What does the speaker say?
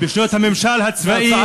בשנות הממשל הצבאי,